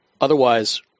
otherwise